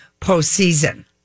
postseason